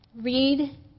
Read